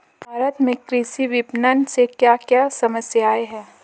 भारत में कृषि विपणन से क्या क्या समस्या हैं?